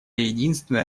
единственное